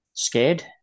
Scared